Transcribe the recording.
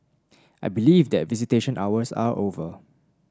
I believe that visitation hours are over